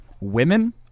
Women